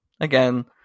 Again